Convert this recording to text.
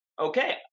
Okay